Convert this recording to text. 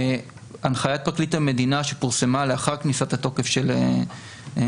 הנחיית פרקליט המדינה שפורסמה לאחר כניסה לתוקף של התיקון